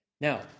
Now